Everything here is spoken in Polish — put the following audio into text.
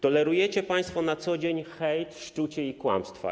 Tolerujecie państwo na co dzień hejt, szczucie i kłamstwa.